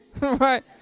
right